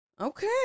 Okay